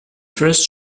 first